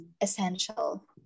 essential